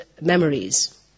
memories